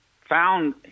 found